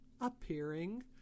appearing